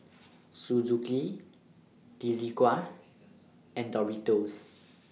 Suzuki Desigual and Doritos